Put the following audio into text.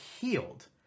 healed